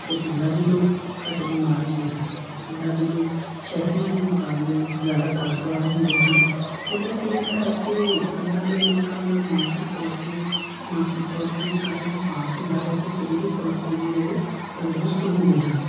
ਅਤੇ ਪਿੰਡਾਂ ਦੇ ਲੋਕ ਘੱਟ ਬਿਮਾਰ ਹੁੰਦੇ ਹਨ ਪਿੰਡਾਂ ਦੇ ਲੋਕ ਸ਼ਹਿਰੀਆਂ ਦੇ ਮੁਕਾਬਲੇ ਜ਼ਿਆਦਾ ਤਾਕਤਵਰ ਹੁੰਦੇ ਹਨ ਖੇਡਾਂ ਖੇਡਣ ਕਰਕੇ ਪਿੰਡਾਂ ਦੇ ਲੋਕਾਂ ਦਾ ਮਾਨਸਿਕ ਤੌਰ 'ਤੇ ਵੀ ਮਾਨਸਿਕ ਤੌਰ 'ਤੇ ਵੀ ਕਾਫ਼ੀ ਵਿਕਾਸ ਹੁੰਦਾ ਹੈ ਅਤੇ ਸਰੀਰਕ ਤੌਰ 'ਤੇ ਵੀ ਉਹ ਤੰਦਰੁਸਤ ਹੁੰਦੇ ਹਨ